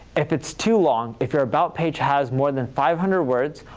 if it's too long, if your about page has more than five hundred words,